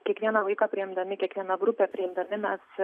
kiekvieną vaiką priimdami kiekvieną grupę priimdami mes